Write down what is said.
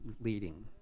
leading